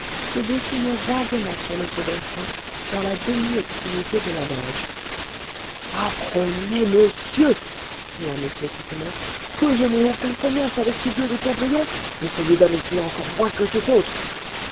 se dessinaient vaguement sur le second plan dans la demi-obscurité de la loge apprenez môssieur cria m pipelet que je n'ai aucun commerce avec ce gueux de cabrion et celui d'amitié encore moins que tout autre